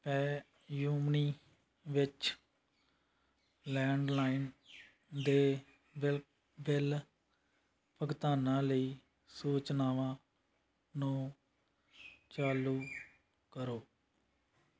PayU money ਵਿੱਚ landline ਦੇ bill bill ਭੁਗਤਾਨਾਂ ਲਈ ਸੂਚਨਾਵਾਂ ਨੂੰ ਚਾਲੂ ਕਰੋ